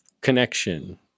connection